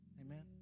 amen